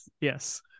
Yes